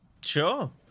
Sure